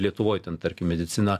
lietuvoj ten tarkim medicina